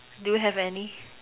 do you have any